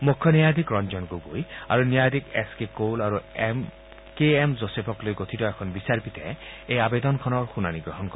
মুখ্য ন্যায়াধীশ ৰঞ্জন গগৈ আৰু ন্যায়াধীশ এছ কে কৌল আৰু কে এম যোছেফক লৈ গঠিত এখন বিচাৰপীঠে এই আবেদনখনৰ শুনানী গ্ৰহণ কৰিব